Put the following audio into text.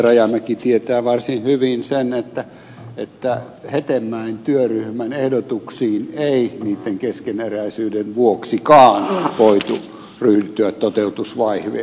rajamäki tietää varsin hyvin sen että hetemäen työryhmän ehdotuksissa ei niitten keskeneräisyyden vuoksikaan voitu ryhtyä toteutusvaiheeseen